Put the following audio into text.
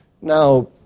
Now